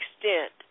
extent